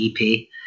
ep